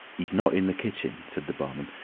he's not in the kitchen, said the barman.